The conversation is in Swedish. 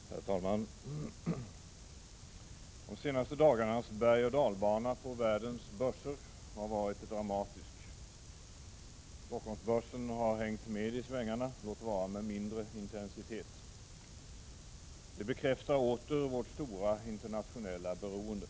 Herr talman! De senaste dagarnas bergoch dalbana på världens börser har varit dramatisk. Stockholmsbörsen har hängt med i svängarna, låt vara med mindre intensitet. Det bekräftar åter vårt stora internationella beroende.